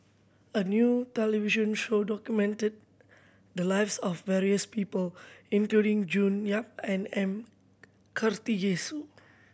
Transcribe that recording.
a new television show documented the lives of various people including June Yap and M Karthigesu